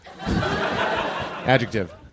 Adjective